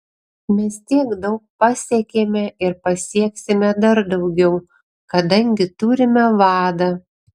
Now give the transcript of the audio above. mes tiek daug pasiekėme ir pasieksime dar daugiau kadangi turime vadą